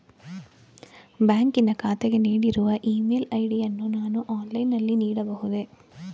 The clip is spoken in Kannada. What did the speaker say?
ಬ್ಯಾಂಕಿನ ಖಾತೆಗೆ ನೀಡಿರುವ ಇ ಮೇಲ್ ಐ.ಡಿ ಯನ್ನು ನಾನು ಆನ್ಲೈನ್ ನಲ್ಲಿ ನೀಡಬಹುದೇ?